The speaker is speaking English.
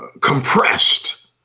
compressed